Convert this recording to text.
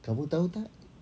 kamu tahu tak